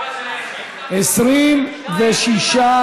סעיפים 1 4 נתקבלו.